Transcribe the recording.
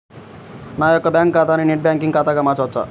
నా యొక్క బ్యాంకు ఖాతాని నెట్ బ్యాంకింగ్ ఖాతాగా మార్చవచ్చా?